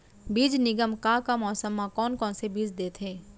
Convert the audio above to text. बीज निगम का का मौसम मा, कौन कौन से बीज देथे?